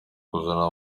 kuzana